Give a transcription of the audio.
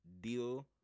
deal